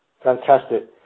Fantastic